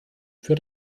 für